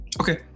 Okay